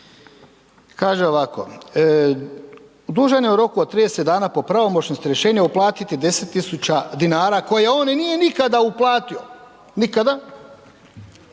Kaže ovako, dužan je u roku od 30 dana po pravomoćnosti rješenja uplatiti 10 tisuća dinara koje on nije nikada uplatio, nikada